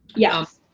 yes.